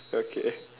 okay